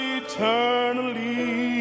eternally